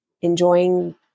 enjoying